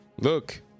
Look